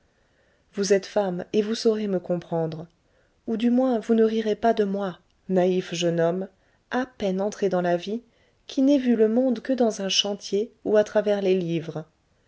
vous êtes femme et vous saurez me comprendre ou du moins vous ne rirez pas de moi naïf jeune homme à peine entré dans la vie qui n'ai vu le monde que dans un chantier ou à travers les livres